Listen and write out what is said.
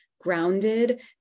grounded